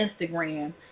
Instagram